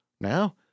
Now